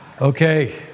Okay